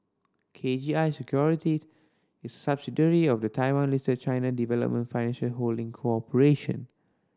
K G I Securities is a subsidiary of the Taiwan Listed China Development Financial Holding Corporation